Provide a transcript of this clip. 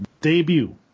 debut